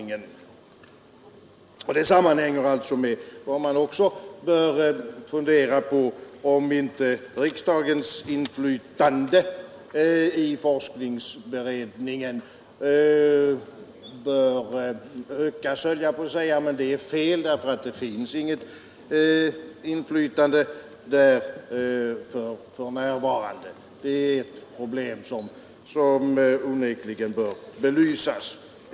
Man bör också fundera på om inte riksdagens inflytande i forskningsberedningen skulle kunna ökas. Riksdagen har för närvarande inget inflytande där. Det är problem som onekligen borde belysas.